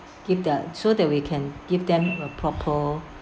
give that so that we can give them a proper